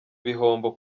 ibihombo